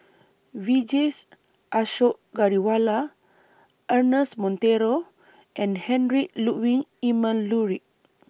Vijesh Ashok Ghariwala Ernest Monteiro and Heinrich Ludwig Emil Luering